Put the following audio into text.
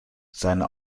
seine